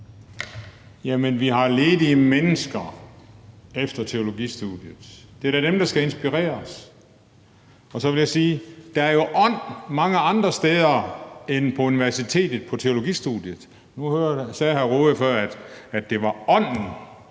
(EL): Vi har ledige mennesker efter teologistudiet. Det er da dem, der skal inspireres. Og så vil jeg sige, at der jo er ånd mange andre steder end på universitetet på teologistudiet. Nu sagde hr. Jens Rohde før, at det var ånden,